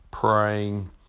praying